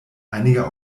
einiger